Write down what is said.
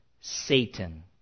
Satan